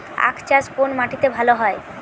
আখ চাষ কোন মাটিতে ভালো হয়?